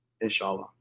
inshallah